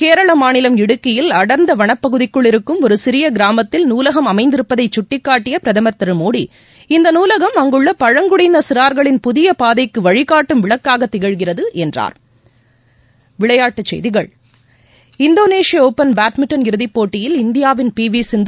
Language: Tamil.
கேரள மாநிலம் இடுக்கியில் அடர்ந்த வனப்பகுதிக்குள் இருக்கும் ஒரு சிறிய கிராமத்தில் நூலகம் அமைந்திருப்பதை சுட்டிக்காட்டிய பிரதமர் திரு நரேந்திரமோடி இந்த நூலகம் அங்குள்ள பழங்குடியின சிறார்களின் புதிய பாதைக்கு வழிகாட்டும் விளக்கூக திகழ்கிறது என்றார் இந்தோளேஷியா ஒப்பன் பேட்மிண்டன் இறுதிப் போட்டியில் இந்தியாவின் பி வி சிந்து